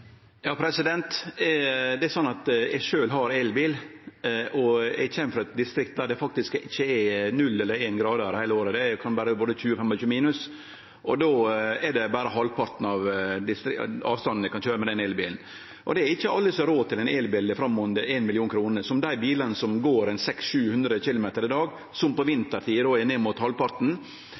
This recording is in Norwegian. Det er sånn at eg sjølv har elbil, og eg kjem frå eit distrikt der det faktisk ikkje er 0 eller 1 grad heile året – det kan vere både 20 og 25 minus, og då er det berre halvparten av avstanden eg kan køyre med den elbilen. Det er ikkje alle som har råd til ein elbil til rett under 1 mill. kr, som dei bilane som går 600–700 km i dag, som på vintertid då er nede mot halvparten.